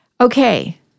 Okay